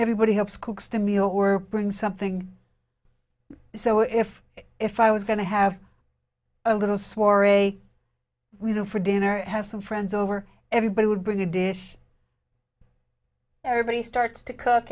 everybody hopes cooks to me or bring something so if if i was going to have a little soiree we do for dinner have some friends over everybody would bring a dish everybody starts to cook